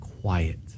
quiet